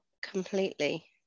completely